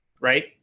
right